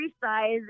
size